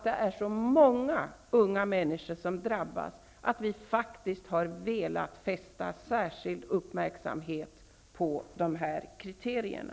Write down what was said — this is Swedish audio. Det är ju många unga människor som drabbas. Därför har vi velat fästa särskild uppmärksamhet på de här kriterierna.